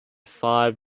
five